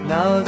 Now